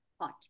hot